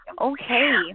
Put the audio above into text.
Okay